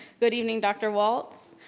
good evening dr. walts,